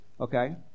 Okay